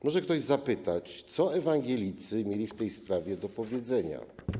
Może ktoś zapytać, co ewangelicy mieli w tej sprawie do powiedzenia.